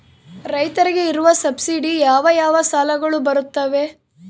ರೈತರಿಗೆ ಇರುವ ಸಬ್ಸಿಡಿ ಯಾವ ಯಾವ ಸಾಲಗಳು ಬರುತ್ತವೆ?